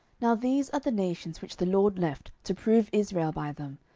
now these are the nations which the lord left, to prove israel by them,